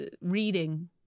reading